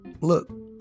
Look